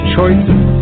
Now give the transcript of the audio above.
Choices